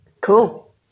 cool